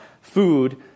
food